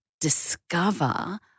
discover